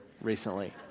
recently